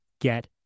get